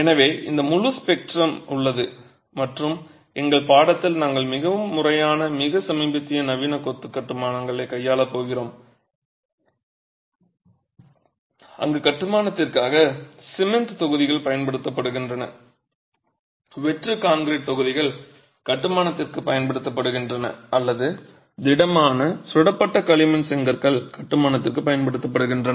எனவே இந்த முழு ஸ்பெக்ட்ரம் உள்ளது மற்றும் எங்கள் பாடத்தில் நாங்கள் மிகவும் முறையான மிக சமீபத்திய நவீன கொத்து கட்டுமானங்களைக் கையாளப் போகிறோம் அங்கு கட்டுமானத்திற்காக சிமென்ட் தொகுதிகள் பயன்படுத்தப்படுகின்றன வெற்று கான்கிரீட் தொகுதிகள் கட்டுமானத்திற்கு பயன்படுத்தப்படுகின்றன அல்லது திடமான சுடப்பட்ட களிமண் செங்கற்கள் கட்டுமானத்திற்கு பயன்படுத்தப்படுகின்றன